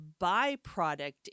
byproduct